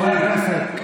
חברי הכנסת,